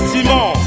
Simon